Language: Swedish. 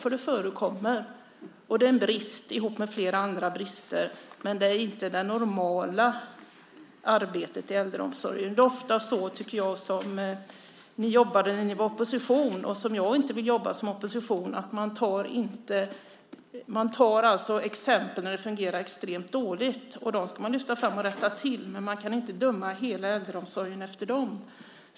Det förekommer, och det är en brist ihop med flera andra brister. Men det är inte det normala arbetet i äldreomsorgen. Det var ofta så ni jobbade när ni var i opposition, och som jag inte vill jobba i opposition. Man tar exempel där det fungerar extremt dåligt. Dem ska man lyfta fram och rätta till. Men man kan inte döma hela äldreomsorgen efter dem.